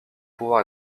pouvoir